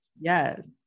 Yes